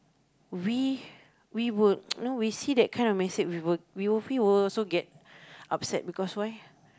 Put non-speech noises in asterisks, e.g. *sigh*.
we we would *noise* you know we see that kind of message we will we will feel will also get upset because why